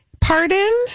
Pardon